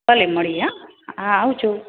ભલે મળીએ હં આવજો